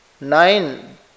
nine